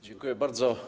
Dziękuję bardzo.